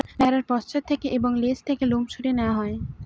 ভেড়ার পশ্চাৎ থেকে এবং লেজ থেকে লোম সরিয়ে নেওয়া হয়